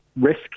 risk